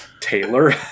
Taylor